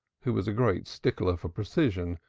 who was a great stickler for precision,